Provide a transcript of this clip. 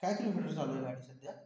काय किलोमीटर चालू आहे गाडी सध्या